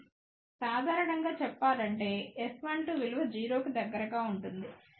సాధారణంగాచెప్పాలంటే S12 విలువ 0 కి దగ్గరగా ఉంటుంది